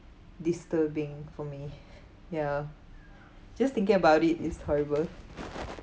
disturbing for me ya just thinking about it is horrible